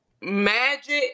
magic